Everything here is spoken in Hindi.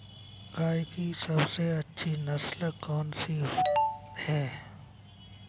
गाय की सबसे अच्छी नस्ल कौनसी है?